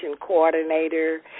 coordinator